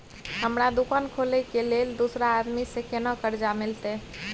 हमरा दुकान खोले के लेल दूसरा आदमी से केना कर्जा मिलते?